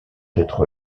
être